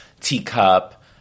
teacup